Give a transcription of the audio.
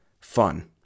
fun